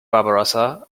barbarossa